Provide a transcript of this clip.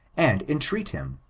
and entreat him.